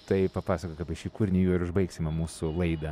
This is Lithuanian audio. tai papasakok apie šį kūrinį juo ir užbaigsime mūsų laidą